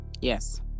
Yes